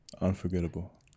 Unforgettable